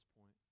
point